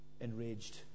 enraged